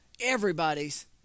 Everybody's